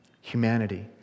Humanity